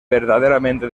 verdaderamente